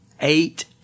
eight